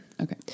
Okay